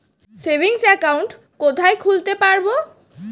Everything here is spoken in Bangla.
সেভিংস অ্যাকাউন্ট কোথায় খুলতে পারব?